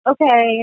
Okay